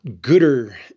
gooder